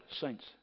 Saints